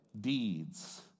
deeds